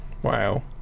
Wow